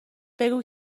بگو